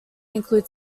include